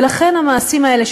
ולכן המעשים האלה,